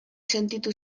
sentitu